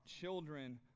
children